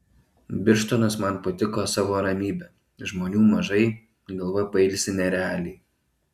birštonas man patiko savo ramybe žmonių mažai galva pailsi nerealiai